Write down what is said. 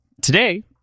Today